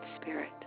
Spirit